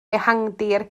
ehangdir